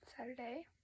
Saturday